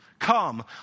Come